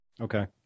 Okay